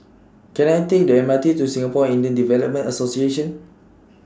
Can I Take The M R T to Singapore Indian Development Association